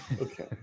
Okay